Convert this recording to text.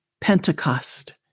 Pentecost